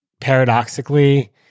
paradoxically